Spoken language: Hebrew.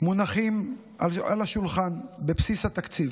מונחים על השולחן בבסיס התקציב.